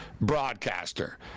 broadcaster